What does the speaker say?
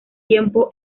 tiempo